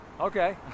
okay